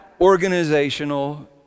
organizational